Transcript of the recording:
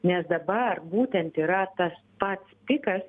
nes dabar būtent yra tas pats pikas